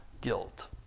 guilt